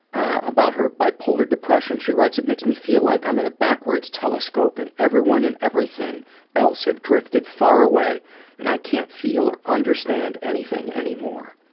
about her bipolar depression she writes, it makes me feel like i'm in a backwards telescope and everyone and everything else have drifted far away and i can't feel or understand anything anymore.